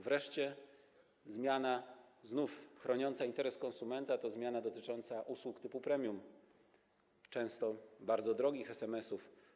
Wreszcie zmiana znów chroniąca interes konsumenta to zmiana dotycząca usług typu premium, często bardzo drogich SMS-ów.